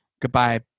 Goodbye